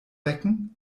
wecken